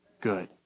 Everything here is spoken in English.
Good